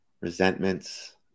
Resentments